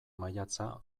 maiatza